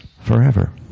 forever